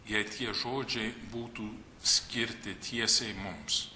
jei tie žodžiai būtų skirti tiesiai mums